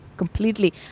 completely